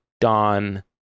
Don